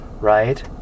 right